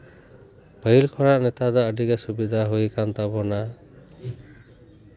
ᱯᱟᱹᱦᱤᱞ ᱠᱷᱚᱱᱟᱜ ᱱᱮᱛᱟᱨ ᱫᱚ ᱟᱹᱰᱤᱜᱮ ᱥᱩᱵᱤᱫᱷᱟ ᱦᱩᱭ ᱠᱟᱱ ᱛᱟᱵᱳᱱᱟ